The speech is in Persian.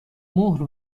مهر